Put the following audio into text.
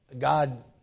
God